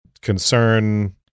concern